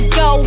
go